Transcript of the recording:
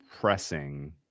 pressing